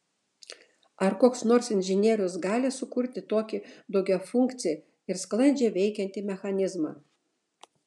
ar koks nors inžinierius gali sukurti tokį daugiafunkcį ir sklandžiai veikiantį mechanizmą